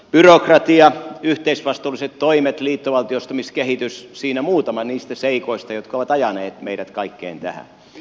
byrokratia yhteisvastuulliset toimet liittovaltioittamiskehitys siinä muutama niistä seikoista jotka ovat ajaneet meidät kaikkeen tähän